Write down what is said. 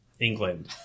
England